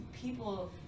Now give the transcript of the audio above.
people